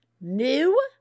new